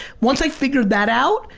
once i figured that out,